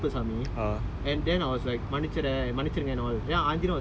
so like in a dream right I I thought of that kadavul Karuppusamy karupusaami